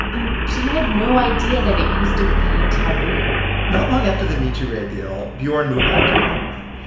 and she had no idea that it used to be taboo not long after the nishi rei deal, bjorn moved back to norway.